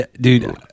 Dude